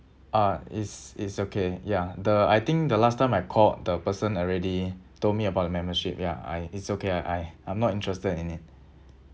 uh it's it's okay ya the I think the last time I called the person already told me about the membership ya I it's okay I I'm not interested in it